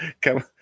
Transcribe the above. come